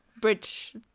bridge